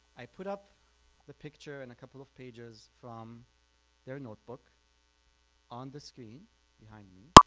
i put up the picture and a couple of pages from their notebook on the screen behind me